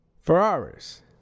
Ferraris